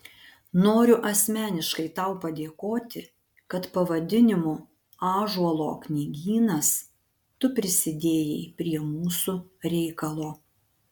noriu asmeniškai tau padėkoti kad pavadinimu ąžuolo knygynas tu prisidėjai prie mūsų reikalo